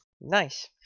Nice